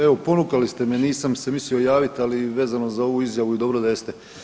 Evo ponukali ste me nisam se mislio javiti, ali vezano za ovu izjavu dobro da jeste.